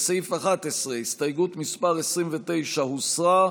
סעיף 11, הסתייגות מס' 29 הוסרה.